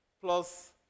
plus